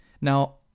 Now